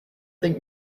think